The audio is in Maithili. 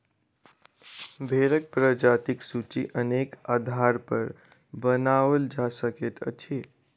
भेंड़क प्रजातिक सूची अनेक आधारपर बनाओल जा सकैत अछि